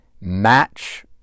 match